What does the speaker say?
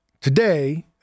Today